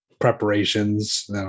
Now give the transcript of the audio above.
preparations